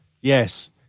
Yes